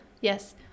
Yes